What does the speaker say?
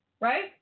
right